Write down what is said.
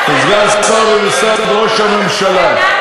סגן שר במשרד ראש הממשלה.